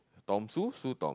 Tom Sue Sue Tom